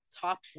top